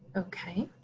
okay.